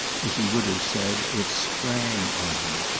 as he would have said, it sprang on him.